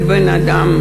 ולבן-אדם,